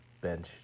bench